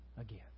again